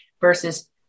versus